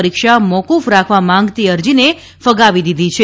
પરીક્ષા મોકૂફ રાખવા માંગતી અરજીને ફગાવી દીધી છે